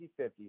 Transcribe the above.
50-50